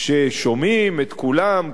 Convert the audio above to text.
ששומעים את כולם,